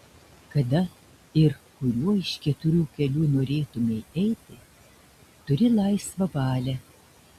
kada ir kuriuo iš keturių kelių norėtumei eiti turi laisvą valią